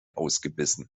ausgebissen